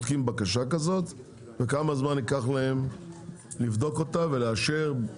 אנחנו לא מספיק בקיאים בנושאים שעלו פה אם אפשר לתקן את זה ברישיון או